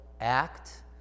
act